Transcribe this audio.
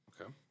Okay